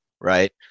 right